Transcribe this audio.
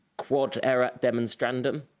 quod erat demonstrandum.